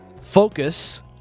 Focus